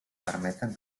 permeten